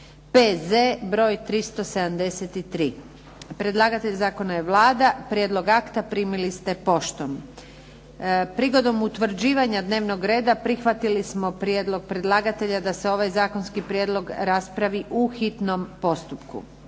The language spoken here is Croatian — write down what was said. broj 350 Predlagatelj zakona je Vlada. Prijedlog akta primili ste poštom. Prigodom utvrđivanja dnevnog reda prihvatili smo prijedlog predlagatelja da se ovaj zakonski prijedlog raspravi u hitnom postupku.